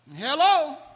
Hello